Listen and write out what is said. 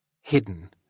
hidden